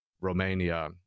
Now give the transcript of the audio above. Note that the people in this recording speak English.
romania